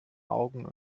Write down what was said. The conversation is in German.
augen